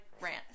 rant